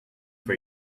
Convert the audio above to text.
for